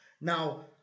Now